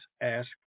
ask